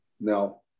no